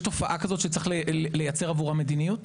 מי שלא השתקע אנו רוצים שלא יהיה לו דרכון,